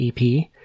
EP